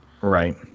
Right